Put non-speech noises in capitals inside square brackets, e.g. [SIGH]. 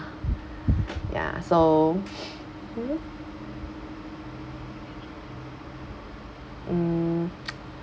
ya so [NOISE] mm [NOISE]